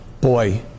boy